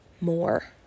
more